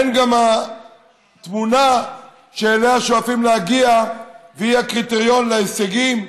אין גם תמונה שאליה שואפים להגיע והיא הקריטריון להישגים: